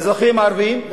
אזרחים ערבים,